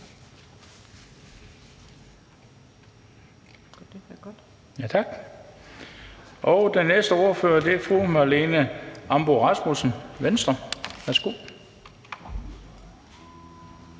Den næste ordfører er fru Marlene Ambo-Rasmussen, Venstre. Værsgo.